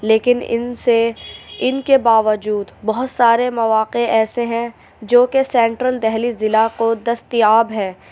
لیکن اِن سے اِن کے باوجود بہت سارے مواقع ایسے ہیں جوکہ سینٹرل دہلی ضلع کو دستیاب ہیں